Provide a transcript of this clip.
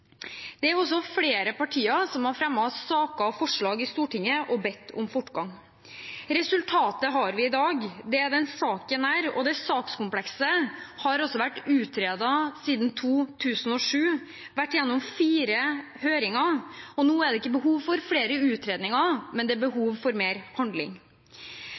Det er også flere partier som har fremmet saker og forslag i Stortinget og bedt om fortgang. Resultatet har vi i dag, med denne saken. Sakskomplekset har vært utredet siden 2007 og vært gjennom fire høringer. Nå er det ikke behov for flere utredninger, men